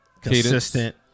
consistent